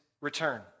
return